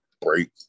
break